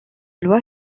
loi